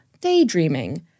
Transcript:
daydreaming